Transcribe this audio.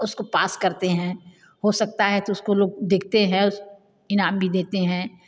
उसको पास करते हैं हो सकता है तो उसको लोग देखते हैं उस इनाम भी देते हैं